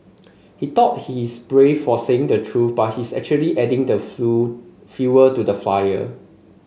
he thought he is brave for saying the truth but he's actually adding the fuel to the fire